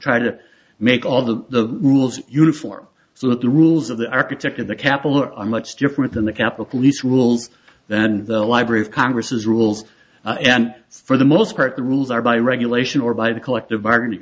try to make all the rules uniform so that the rules of the architect of the capitol are a much different than the capitol police rules then the library of congress is rules and for the most part the rules are by regulation or by the collective bargaining